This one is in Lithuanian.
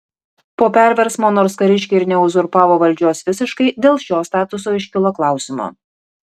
po perversmo nors kariškiai ir neuzurpavo valdžios visiškai dėl šio statuso iškilo klausimų